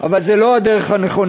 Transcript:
אבל זו לא הדרך הנכונה.